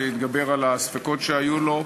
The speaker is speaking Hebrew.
שהתגבר על הספקות שהיו לו,